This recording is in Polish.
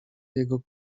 jego